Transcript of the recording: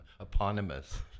eponymous